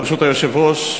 ברשות היושב-ראש,